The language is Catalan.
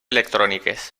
electròniques